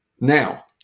now